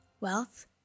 Wealth